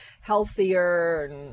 healthier